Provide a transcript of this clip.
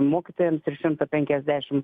mokytojams ir šimtą penkiasdešim